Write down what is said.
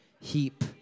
heap